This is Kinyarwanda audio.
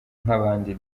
nk’abandi